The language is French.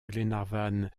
glenarvan